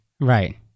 Right